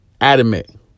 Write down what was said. adamant